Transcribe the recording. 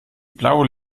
blaue